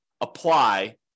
apply